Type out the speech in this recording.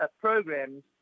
programs